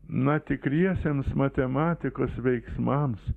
na tikriesiems matematikos veiksmams